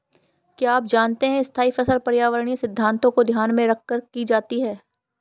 क्या आप जानते है स्थायी फसल पर्यावरणीय सिद्धान्तों को ध्यान में रखकर की जाती है?